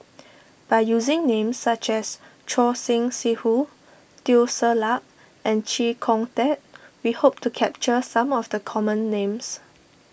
by using names such as Choor Singh Sidhu Teo Ser Luck and Chee Kong Tet we hope to capture some of the common names